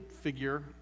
figure